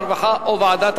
הרווחה והבריאות.